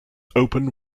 open